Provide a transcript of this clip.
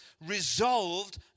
resolved